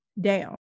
down